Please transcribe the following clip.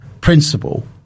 principle